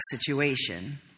situation